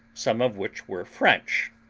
some of which were french,